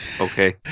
Okay